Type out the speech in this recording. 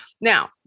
Now